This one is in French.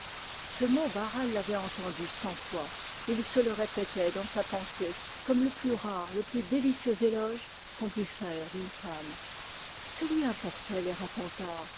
ce mot barral l'avait entendu cent fois et il se le répétait dans sa pensée comme le plus délicieux éloge qu'on pût faire d'une femme que lui importaient les racontars